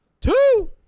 two